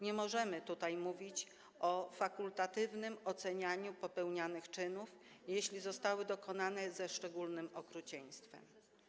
Nie możemy tutaj mówić o fakultatywnym ocenianiu popełnionych czynów, jeśli zostały dokonane ze szczególnym okrucieństwem.